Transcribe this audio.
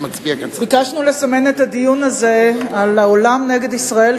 ביקשנו לזמן את הדיון הזה על העולם נגד ישראל,